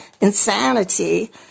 insanity